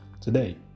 Today